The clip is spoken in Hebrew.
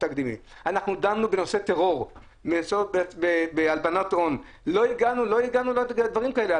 דנו בנושא טרור והלבנת הון, לא הגענו לדברים כאלה.